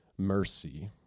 mercy